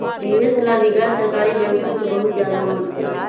निवेश ला भी गैर सरकारी बैंकवन के बहुत ज्यादा महत्व हई